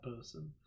person